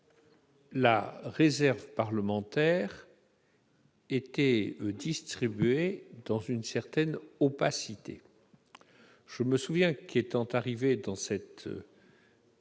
la réserve parlementaire était distribuée dans une certaine opacité. Je me souviens qu'à mon arrivée dans cette maison,